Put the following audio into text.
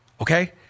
Okay